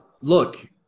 look